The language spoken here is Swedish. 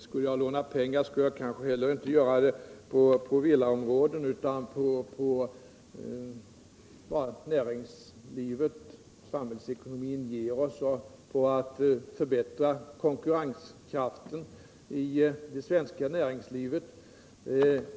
Skulle jag låna pengar, skulle jag kanske inte heller göra det på villaområden utan på vad näringslivet och samhällsekonomin ger oss och på att förbättra konkurrenskraften i det svenska näringslivet.